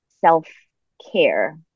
self-care